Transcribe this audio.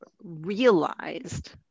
realized